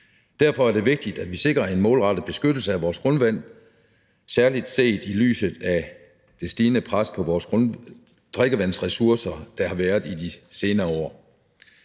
Derfor er det vigtigt, at vi sikrer en målrettet beskyttelse af vores grundvand, særlig set i lyset af det stigende pres, der har været på vores drikkevandsressourcer de senere år.